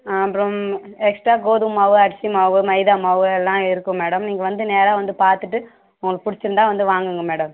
ஆ அப்புறம் எக்ஸ்ட்ரா கோதுமை மாவு அரிசி மாவு மைதா மாவு எல்லாம் இருக்குது மேடம் நீங்கள் வந்து நேராக வந்து பார்த்துட்டு உங்களுக்கு பிடிச்சிருந்தா வந்து வாங்குங்க மேடம்